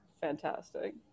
fantastic